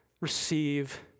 receive